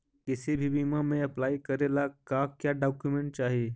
किसी भी बीमा में अप्लाई करे ला का क्या डॉक्यूमेंट चाही?